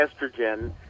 estrogen